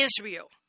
Israel